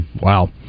Wow